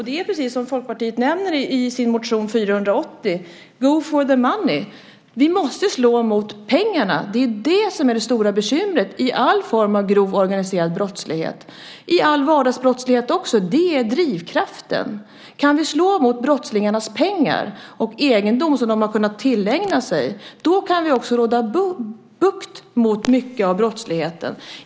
Det är precis som Folkpartiet nämner i motion 480: Go for the money! Vi måste slå mot pengarna. Det är det som är det stora bekymret i all form av grov organiserad brottslighet. Det gäller också i all vardagsbrottslighet. Pengar är drivkraften. Kan vi slå mot brottslingarnas pengar och egendom kan vi också råda bukt på mycket av brottsligheten.